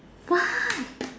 why